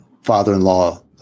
father-in-law